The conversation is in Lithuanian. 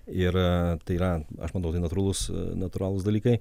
ir tai yra aš manau tai natūralus natūralūs dalykai